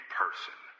person